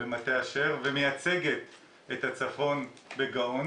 ומטה אשר ומייצגת את הצפון בגאון.